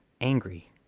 Angry